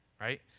right